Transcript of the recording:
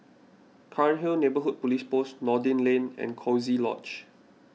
Cairnhill Neighbourhood Police Post Noordin Lane and Coziee Lodge